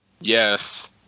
Yes